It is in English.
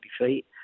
defeat